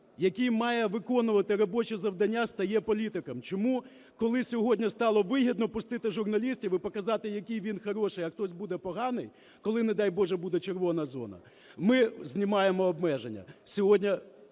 який має виконувати робочі завдання, стає політиком? Чому коли сьогодні стало вигідно пустити журналістів і показати, який він хороший, а хтось поганий, коли, не дай Боже, буде "червона" зона, ми знімаємо обмеження?